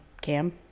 Cam